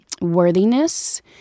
worthiness